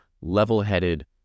level-headed